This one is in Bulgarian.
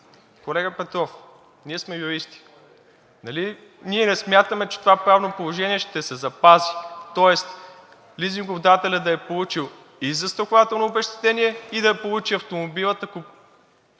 Колега Петров, ние сме юристи, нали ние не смятаме, че това правно положение ще се запази, тоест лизингодателят да е получил и застрахователно обезщетение и да получи автомобилът, ако